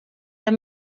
der